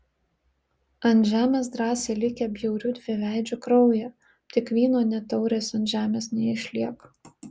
ant žemės drąsiai likę bjaurių dviveidžių kraują tik vyno nė taurės ant žemės neišliek